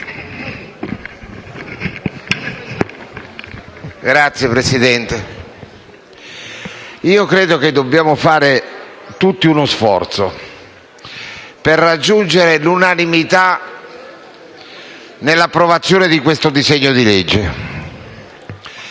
Signor Presidente, credo che dobbiamo fare tutti uno sforzo per raggiungere l'unanimità nell'approvazione di questo disegno di legge.